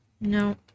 No